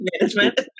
management